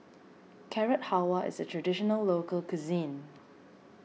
Carrot Halwa is a Traditional Local Cuisine